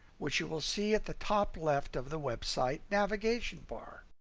which you will see at the top left of the website navigation bar.